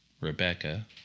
Rebecca